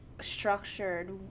structured